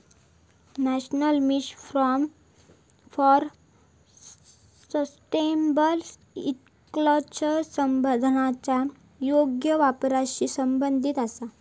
national mission for sustainable agriculture संसाधनांच्या योग्य वापराशी संबंधित आसा